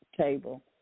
table